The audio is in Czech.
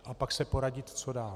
A pak se poradit, co dál.